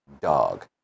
dog